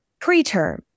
preterm